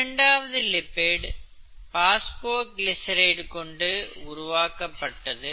இரண்டாவது lipid phosphoglyceride கொண்டு உருவாக்கப்பட்டது